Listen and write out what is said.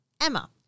Emma